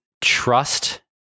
trust